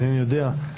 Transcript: אינני יודע,